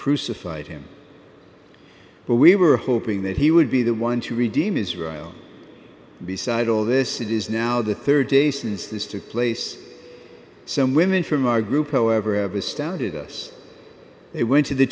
crucified him but we were hoping that he would be the one to redeem israel beside all this it is now the rd day since this took place some women from our group however have astounded us they went to the